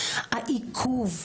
העיכוב,